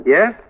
Yes